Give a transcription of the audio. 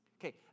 Okay